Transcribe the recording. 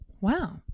Wow